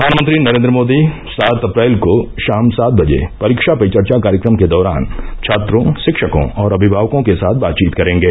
प्रधानमंत्री नरेंद्र मोदी सात अप्रैल को शाम सात बजे परीक्षा पे चर्चा कार्यक्रम के दौरान छात्रों शिक्षकों और अभिमावकों के साथ बातचीत करेंगे